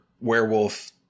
werewolf